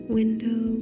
window